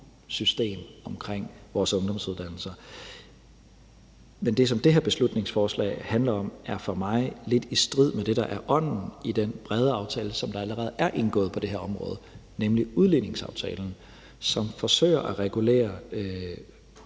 system omkring vores ungdomsuddannelser. Med det, som det her beslutningsforslag handler om, er for mig lidt i strid med det, der er ånden i den brede aftale, som der allerede er indgået på det her område, nemlig udligningsaftalen, som forsøger at regulere kommunernes